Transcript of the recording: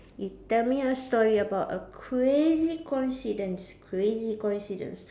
you tell me a story about a crazy coincidence crazy coincidence